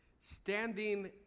Standing